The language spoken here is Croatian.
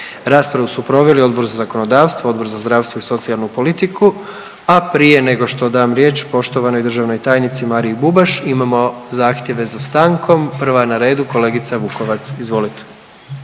Raspravu su proveli Odbor za zakonodavstvo, Odbor za zdravstvo i socijalnu politiku, a prije nego što dam riječ poštovanoj državnoj tajnici Mariji Bubaš imamo zahtjeve za stankom. Prva na redu kolegica Vukovac, izvolite.